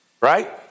right